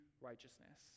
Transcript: righteousness